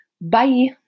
Bye